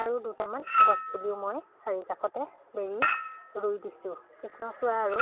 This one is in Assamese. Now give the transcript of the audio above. আৰু দুটামান গছপুলিও মই চাৰিওকাষতে বেৰি ৰুই দিছোঁ কৃষ্ণচূড়া আৰু